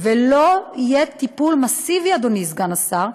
ולא יהיה טיפול מסיבי, אדוני סגן השר,